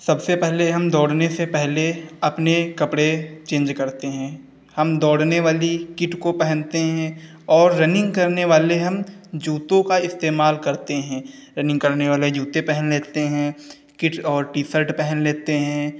सबसे पहले हम दौड़ने से पहले अपने कपड़े चेंज करते हैं हम दौड़ने वाली किट को पहनते हैं और रनिंग करने वाले हम जूतों का इस्तेमाल करते हैं रनिंग करने वाले जूते पहन लेते हैं किट और टी शर्ट पहन लेते हैं